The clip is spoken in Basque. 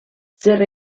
zer